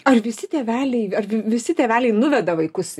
ar visi tėveliai ar visi tėveliai nuveda vaikus